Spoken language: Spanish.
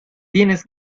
tienes